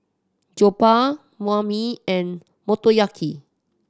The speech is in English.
Jokbal Banh Mi and Motoyaki